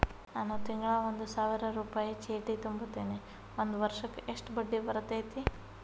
ನಾನು ತಿಂಗಳಾ ಒಂದು ಸಾವಿರ ರೂಪಾಯಿ ಚೇಟಿ ತುಂಬತೇನಿ ಒಂದ್ ವರ್ಷಕ್ ಎಷ್ಟ ಬಡ್ಡಿ ಬರತೈತಿ?